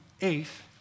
eighth